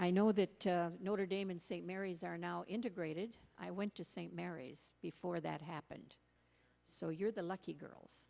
i know that notre dame and st mary's are now integrated i went to st mary's before that happened so you're the lucky girls